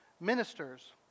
ministers